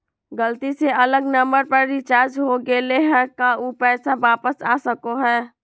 गलती से अलग नंबर पर रिचार्ज हो गेलै है का ऊ पैसा वापस आ सको है?